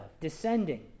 descending